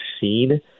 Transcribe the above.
seen